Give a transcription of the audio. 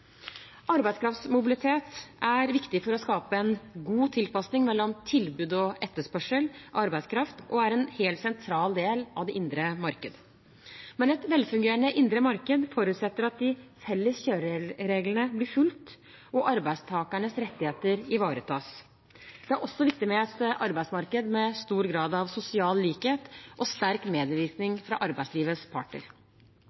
Arbeidskraftsmobilitet er viktig for å skape en god tilpasning mellom tilbud og etterspørsel av arbeidskraft og er en helt sentral del av det indre marked. Men et velfungerende indre marked forutsetter at de felles kjørereglene blir fulgt og arbeidstakernes rettigheter ivaretas. Det er også viktig med et arbeidsmarked med stor grad av sosial likhet og sterk medvirkning